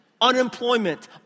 unemployment